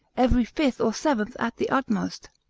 every fifth or seventh at the utmost.